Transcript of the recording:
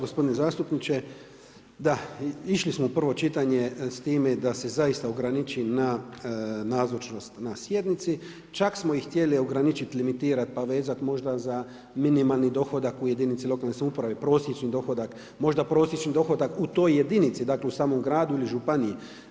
Gospodine zastupniče, da, išli smo u prvo čitanje s time da se zaista ograniči nazočnost na sjednici, čak smo i htjeli ograničiti, limitirati pa vezat možda za minimalni dohodak u jedinici lokalne samouprave, možda prosječni dohodak u toj jedinici, dakle u samom gradu ili županiji.